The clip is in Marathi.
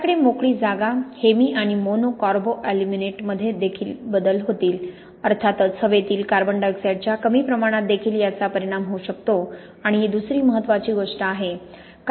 आपल्याकडे मोकळी जागा हेमी आणि मोनो कार्बो अल्युमिनेटमध्ये बदल देखील होतील अर्थातच हवेतील CO2 च्या कमी प्रमाणात देखील याचा परिणाम होऊ शकतो आणि ही दुसरी महत्त्वाची गोष्ट आहे